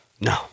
no